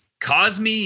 Cosme